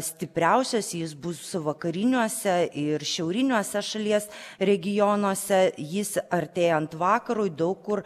stipriausias jis bus vakariniuose ir šiauriniuose šalies regionuose jis artėjant vakarui daug kur